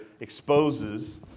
exposes